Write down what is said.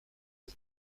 les